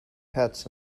pets